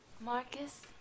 Marcus